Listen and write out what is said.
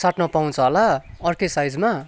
साट्न पाउँछ होला अर्कै साइजमा